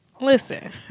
listen